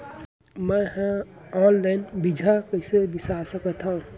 मे हा अनलाइन बीजहा कईसे बीसा सकत हाव